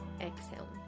exhale